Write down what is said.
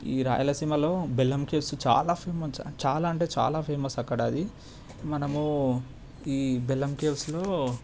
ఈ రాయలసీమలో బెల్లం కేవ్స్ చాలా ఫేమస్ చాలా అంటే చాలా ఫేమస్ అక్కడ అది మనము ఈబెల్లం కేవ్స్లో